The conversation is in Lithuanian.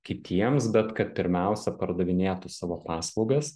kitiems bet kad pirmiausia pardavinėtų savo paslaugas